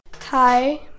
Hi